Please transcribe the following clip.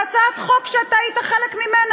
בהצעת חוק שאתה היית חלק ממנה,